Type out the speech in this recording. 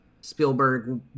Spielberg